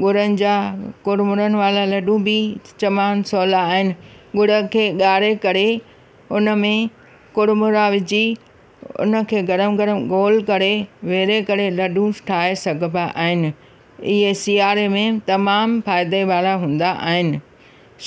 गुड़नि जा कुड़मुड़नि वारा लॾूं बि चङा ऐं सवला आहिनि गुड़ खे ॻारे करे उन में कुड़मुड़ा विझी उनखे गरमु गरमु गोलु करे वेले करे लॾूं ठाहे सघिबा आहिनि ईंअ सिआरे में तमामु फ़ाइदे वारा हूंदा आहिनि